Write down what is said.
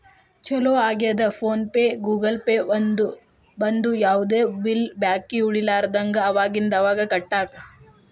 ಚೊಲೋ ಆಗ್ಯದ PhonePe Google Pay ಬಂದು ಯಾವ್ದು ಬಿಲ್ ಬಾಕಿ ಉಳಿಲಾರದಂಗ ಅವಾಗಿಂದ ಅವಾಗ ಕಟ್ಟಾಕ